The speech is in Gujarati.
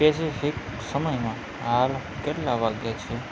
પેસિફીક સમયમાં હાલ કેટલા વાગ્યા છે